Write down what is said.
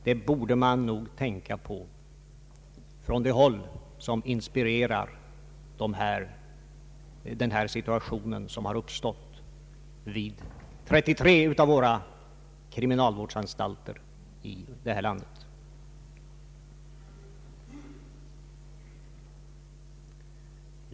Detta borde nog de tänka på som inspirerat till den situation som har uppstått vid 33 av våra kriminalvårdsanstalter.